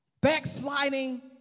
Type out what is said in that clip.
Backsliding